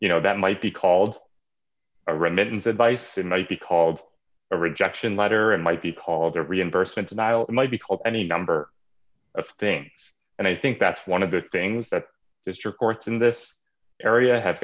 you know that might be called a remittance advice it might be called a rejection letter and might be called a reimbursement and might be called any number of things and i think that's one of the things that district courts in this area have